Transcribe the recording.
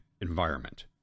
environment